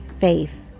faith